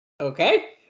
Okay